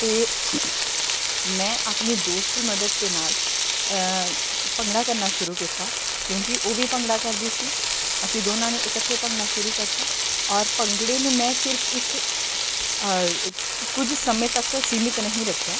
ਅਤੇ ਮੈਂ ਆਪਣੇ ਦੋਸਤ ਦੀ ਮਦਦ ਦੇ ਨਾਲ ਭੰਗੜਾ ਕਰਨਾ ਸ਼ੁਰੂ ਕੀਤਾ ਕਿਉਂਕਿ ਉਹ ਵੀ ਭੰਗੜਾ ਕਰਦੀ ਸੀ ਅਸੀਂ ਦੋਨਾਂ ਨੇ ਇਕੱਠੇ ਭੰਗਣਾ ਸ਼ੁਰੂ ਕਰਤਾ ਔਰ ਭੰਗੜੇ ਨੂੰ ਮੈਂ ਸਿਰਫ ਇੱਕ ਕੁਝ ਸਮੇਂ ਤੱਕ ਸੀਮਿਤ ਨਹੀਂ ਰੱਖਿਆ